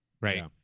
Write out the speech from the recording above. Right